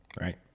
Right